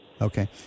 Okay